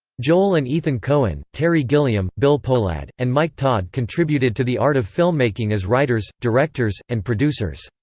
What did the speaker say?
joel and ethan coen, terry gilliam, bill pohlad, and mike todd contributed to the art of filmmaking as writers, directors, and producers.